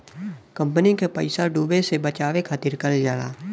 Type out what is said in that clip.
company क पइसा डूबे से बचावे खातिर करल जाला